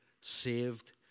saved